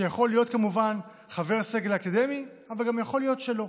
שיכול להיות כמובן חבר סגל אקדמי אבל גם יכול להיות שלא.